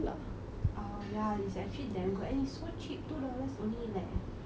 oh ya is actually damn good and it's so cheap two dollars only leh